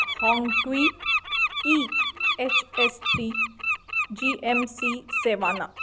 हाँक्वी E H S three G M C सेवाना